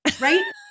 Right